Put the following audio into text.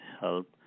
help